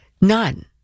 None